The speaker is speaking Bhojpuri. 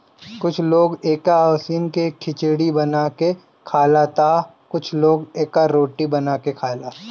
कुछ लोग एके उसिन के खिचड़ी बना के खाला तअ कुछ लोग एकर रोटी बना के खाएला